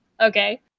okay